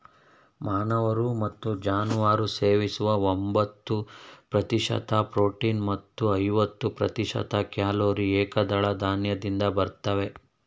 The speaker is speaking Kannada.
ಮಾನವರು ಮತ್ತು ಜಾನುವಾರು ಸೇವಿಸುವ ಎಂಬತ್ತು ಪ್ರತಿಶತ ಪ್ರೋಟೀನ್ ಮತ್ತು ಐವತ್ತು ಪ್ರತಿಶತ ಕ್ಯಾಲೊರಿ ಏಕದಳ ಧಾನ್ಯದಿಂದ ಬರ್ತವೆ